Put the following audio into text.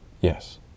Yes